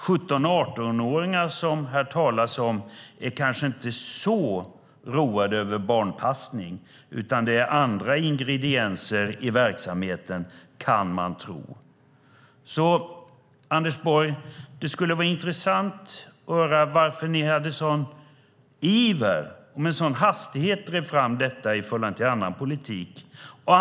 17-18-åringar, som det talas om här, är kanske inte så roade av barnpassning, utan det är andra ingredienser i verksamheten, kan man tro. Anders Borg, det skulle vara intressant att höra varför ni var så ivriga att ni med en sådan hastighet i jämförelse med andra politiska frågor drev fram detta.